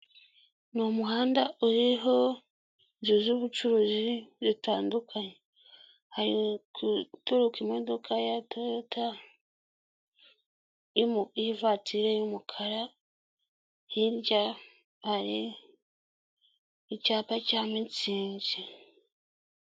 Ni umuhanda uriho inzuzubucuruzi butandukanyeturuka imodoka ya toyota yiivatire y'umukara hirya a icyapa cya Mutzig.